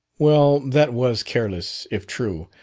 well, that was careless, if true.